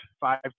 five